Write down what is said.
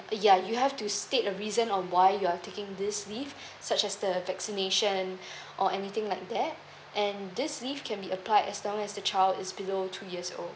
ya you have to state the reason on why you're taking this leave such as the vaccination or anything like that and this leave can be applied as long as the child is below two years old